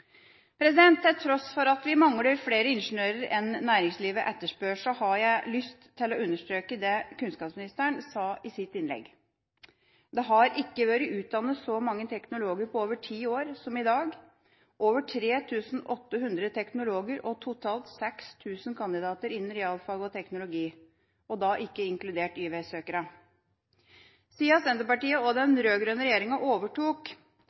nivå. Til tross for at vi mangler mange av de ingeniører som næringslivet etterspør, har jeg lyst til å understreke det kunnskapsministeren sa i sitt innlegg. Det har ikke vært utdannet så mange teknologer på over ti år som i dag. Over 3 800 teknologer og totalt 6 000 kandidater innen realfag og teknologi – ikke inkludert Y-veisøkerne. Siden Senterpartiet og den rød-grønne regjeringa overtok,